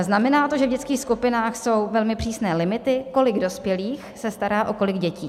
Znamená to, že v dětských skupinách jsou velmi přísné limity, kolik dospělých se stará o kolik dětí.